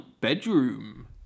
bedroom